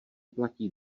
platí